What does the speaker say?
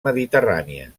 mediterrània